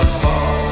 fall